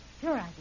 Sure